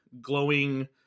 glowing